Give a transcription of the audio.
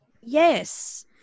yes